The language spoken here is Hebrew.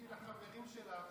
תגידי לחברים שלך,